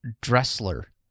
Dressler